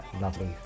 lovely